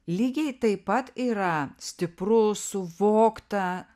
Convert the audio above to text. lygiai taip pat yra stipru suvokta